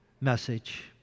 message